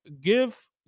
give